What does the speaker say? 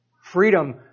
Freedom